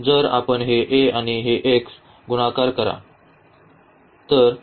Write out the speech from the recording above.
जर आपण हे A आणि हे x गुणाकार करा